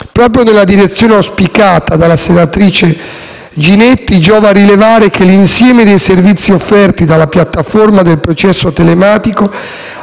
Proprio nella direzione auspicata dalla senatrice Ginetti, giova rilevare che l'insieme dei servizi offerti dalla piattaforma del processo telematico